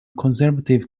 conservative